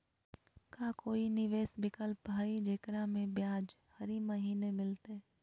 का कोई निवेस विकल्प हई, जेकरा में ब्याज हरी महीने मिलतई?